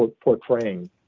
portraying